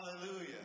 Hallelujah